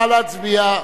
נא להצביע.